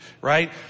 right